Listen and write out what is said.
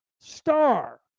star